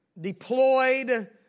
deployed